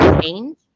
change